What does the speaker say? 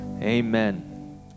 Amen